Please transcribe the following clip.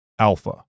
Alpha